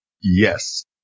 Yes